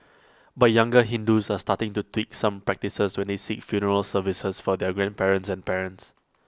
but younger Hindus are starting to tweak some practices when they seek funeral services for their grandparents and parents